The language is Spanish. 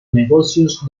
negocios